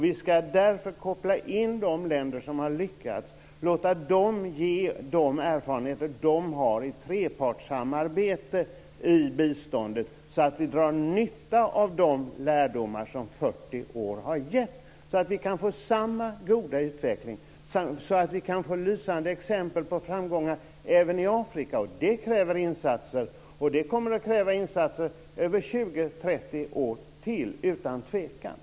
Vi ska därför koppla in de länder som har lyckats, låta dem ge de erfarenheter de har i trepartssamarbete i biståndet, så att vi drar nytta av de lärdomar som 40 år har gett, så att vi kan få samma goda utveckling, så att vi kan få lysande exempel på framgångar även i Afrika. Det kräver insatser, och det kommer att kräva insatser över 20, 30 år till, utan tvivel.